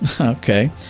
okay